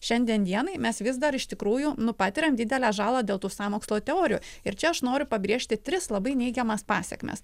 šiandien dienai mes vis dar iš tikrųjų nu patiriam didelę žalą dėl tų sąmokslo teorijų ir čia aš noriu pabrėžti tris labai neigiamas pasekmes